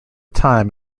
time